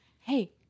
Hey